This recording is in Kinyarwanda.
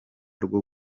rwo